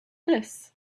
this